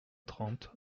trente